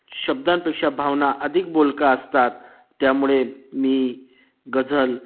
शब्दांपेक्षा भावना अधिक बोलक्या असतात त्यामुळे मी गझल